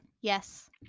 Yes